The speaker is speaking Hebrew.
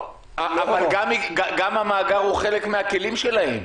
גם המאגר הוא חלק מהכלים שלהם.